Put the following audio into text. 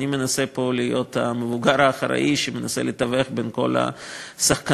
אני מנסה פה להיות המבוגר האחראי שמנסה לתווך בין כל השחקנים.